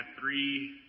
three